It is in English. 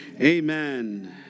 Amen